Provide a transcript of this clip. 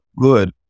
good